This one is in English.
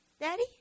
Daddy